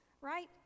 right